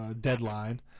deadline